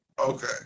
Okay